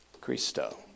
Christo